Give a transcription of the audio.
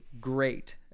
great